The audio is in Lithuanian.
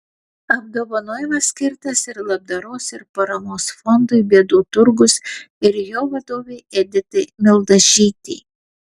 apdovanojimas skirtas ir labdaros ir paramos fondui bėdų turgus ir jo vadovei editai mildažytei